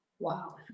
Wow